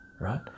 right